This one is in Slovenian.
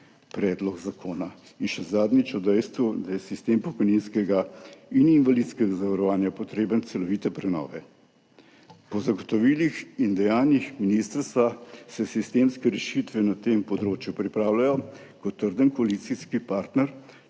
predlog zakona, še zadnjič, ob dejstvu, da je sistem pokojninskega in invalidskega zavarovanja potreben celovite prenove. Po zagotovilih in dejanjih ministrstva se pripravljajo sistemske rešitve na tem področju. Kot trden koalicijski partner